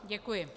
Děkuji.